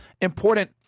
important